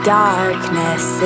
darkness